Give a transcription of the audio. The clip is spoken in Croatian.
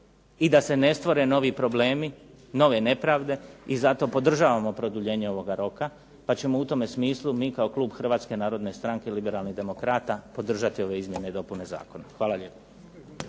i da se ne stvore novi problemi, nove nepravde i zato podržavamo produljenje ovoga roka pa ćemo u tome smislu mi kao Klub Hrvatske narodne stranke liberalnih demokrata podržati ove izmjene i dopune Zakona. Hvala lijepo.